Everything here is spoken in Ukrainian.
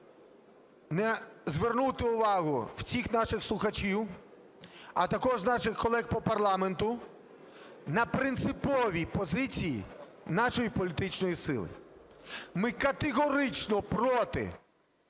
не звернути увагу всіх наших слухачів, а також наших колег по парламенту на принципові позиції нашої політичної сили. Ми категорично проти